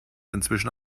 inzwischen